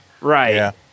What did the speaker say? Right